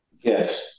Yes